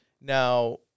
now